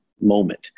moment